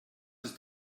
ist